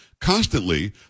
constantly